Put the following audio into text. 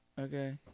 okay